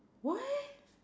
what